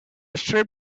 strip